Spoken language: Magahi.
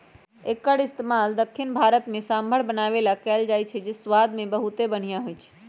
एक्कर इस्तेमाल दख्खिन भारत में सांभर बनावे ला कएल जाई छई जे स्वाद मे बहुते बनिहा होई छई